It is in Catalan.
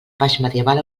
baixmedieval